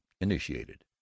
initiated